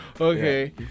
Okay